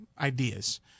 ideas